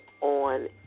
on